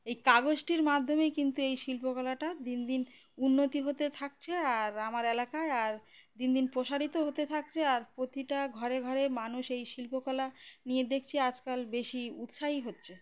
এই কাগজটির মাধ্যমেই কিন্তু এই শিল্পকলাটা দিন দিন উন্নতি হতে থাকছে আর আমার এলাকায় আর দিন দিন প্রসারিত হতে থাকছে আর প্রতিটা ঘরে ঘরে মানুষ এই শিল্পকলা নিয়ে দেখছি আজকাল বেশি উৎসাহী হচ্ছে